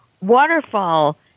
waterfall